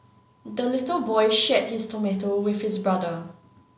the little boy shared his tomato with his brother